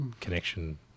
connection